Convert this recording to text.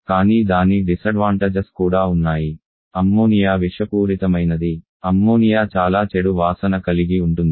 కానీ దాని ప్రతికూలతలు కూడా ఉన్నాయి అమ్మోనియా విషపూరితమైనది అమ్మోనియా చాలా చెడు వాసన కలిగి ఉంటుంది